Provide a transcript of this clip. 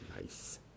Nice